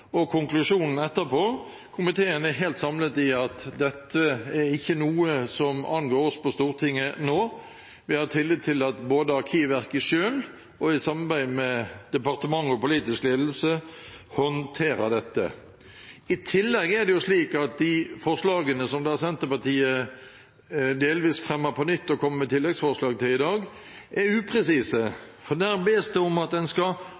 og for konklusjonen etterpå. Komiteen står helt samlet om at dette ikke er noe som angår oss på Stortinget nå. Vi har tillit til at Arkivverket selv og i samarbeid med departement og politisk ledelse håndterer dette. I tillegg er de forslagene som Senterpartiet delvis fremmer på nytt, og som de kommer med tilleggsforslag til i dag, upresise. Der bes det om at man skal